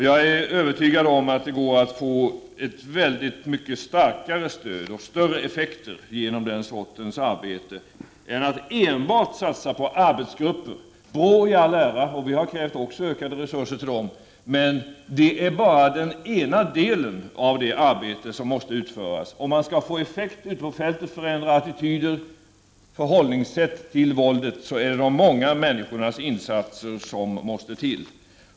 Jag är övertygad om att det går att få ett väldigt mycket starkare stöd och större effekter genom den sortens arbete än genom att enbart satsa på arbetsgrupper. BRÅ i all ära — även vi har krävt ökade resurser till dem —, men BRÅ är bara den ena delen av det arbete som måste utföras. Om man skall få effekter på fältet och förändra attityder och förhållningssätt till våldet är det de många människornas insatser som måste till.